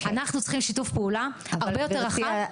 אנחנו צריכים שיתוף פעול הרבה יותר רחב.